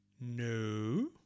No